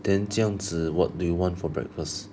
then 这样子 what do you want for breakfast